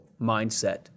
mindset